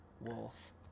wolf